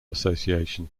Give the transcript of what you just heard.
association